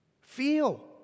Feel